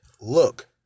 look